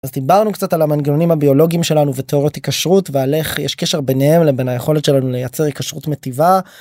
דיברנו קצת על המנגנונים הביולוגיים שלנו ותיאורטי קשרות ועל איך יש קשר ביניהם לבין היכולת שלנו לייצר קשרות מטיבה.